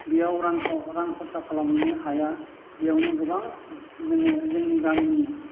बेयाव रां खरसा खालामहैनो हाया बेयावनो गोबां जोङो जोंनि गामिनि